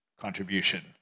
contribution